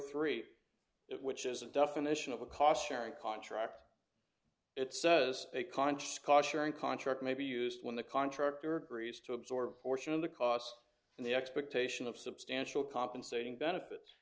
three it which is a definition of a cautionary contract it says a conscious caution contract may be used when the contractor agrees to absorb portion of the cost and the expectation of substantial compensating benefits